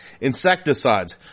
insecticides